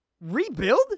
Rebuild